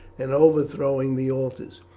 and overthrowing the altars,